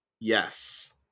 Yes